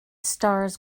stars